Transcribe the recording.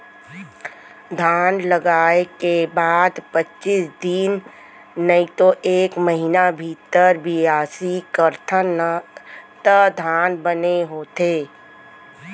धान लगाय के बाद पचीस दिन नइतो एक महिना भीतर बियासी करथन त धान बने होथे